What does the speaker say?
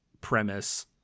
premise